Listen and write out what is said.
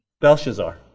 Belshazzar